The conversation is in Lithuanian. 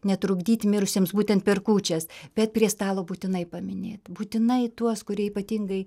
netrukdyt mirusiems būtent per kūčias bet prie stalo būtinai paminėt būtinai tuos kurie ypatingai